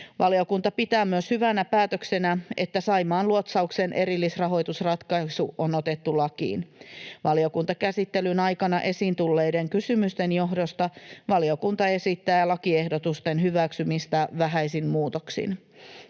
Valiokunta pitää myös hyvänä päätöksenä, että Saimaan luotsauksen erillisrahoitusratkaisu on otettu lakiin. Valiokuntakäsittelyn aikana esiin tulleiden kysymysten johdosta valiokunta esittää lakiehdotusten hyväksymistä vähäisin muutoksin.